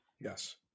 Yes